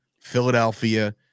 Philadelphia